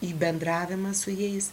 į bendravimas su jais